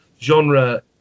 genre